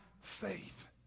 faith